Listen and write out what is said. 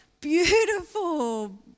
beautiful